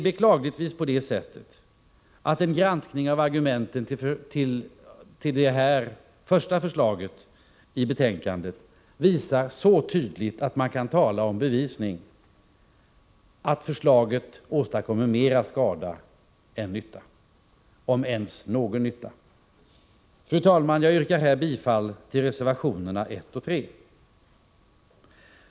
En granskning av argumenten för det första förslaget i betänkandet visar så tydligt att man kan tala om bevisning att förslaget åstadkommer mer skada än nytta — om ens någon nytta. Fru talman! Jag yrkar här bifall till reservationerna 1 och 3.